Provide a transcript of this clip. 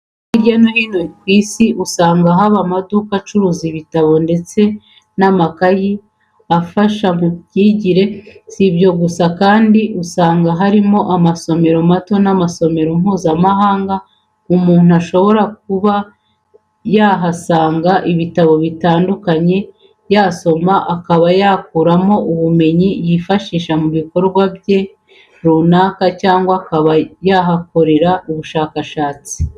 Hirya no hino ku isi usanga haba amaduka acuruza ibitabo ndetse n'amakayi afasha mu myijyire sibyo gusa kandi usanga hari n'amasomero mato ndetse n'amasomero mpuzamahanga, umuntu ashobora kuba yahasanga ibitabo bitandukanye yasoma akaba yakuramo ubumenyi yakifashisha mu bikorwa runaka cyangwa akaba yahakorera n'ubushakashatsi.